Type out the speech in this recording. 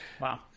wow